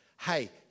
hey